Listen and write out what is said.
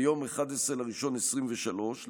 ביום 11 בינואר 2023,